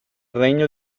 regno